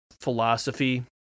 philosophy